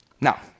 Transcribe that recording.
Now